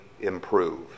improve